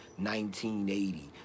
1980